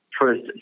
first